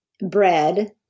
bread